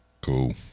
Cool